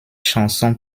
chanson